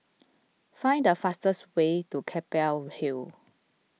find the fastest way to Keppel Hill